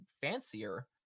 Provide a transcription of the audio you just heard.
fancier